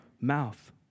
mouth